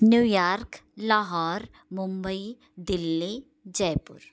New York Lahore Mumbai Delhi Jaipur